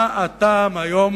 כלומר, מה הטעם היום